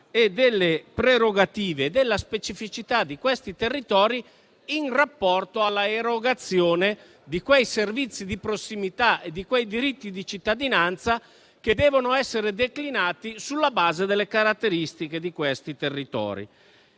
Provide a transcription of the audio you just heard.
delle prerogative e della specificità di questi territori in rapporto alla erogazione di quei servizi di prossimità e di quei diritti di cittadinanza che devono essere declinati sulla base delle caratteristiche di questi territori.